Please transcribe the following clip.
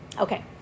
Okay